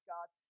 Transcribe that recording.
God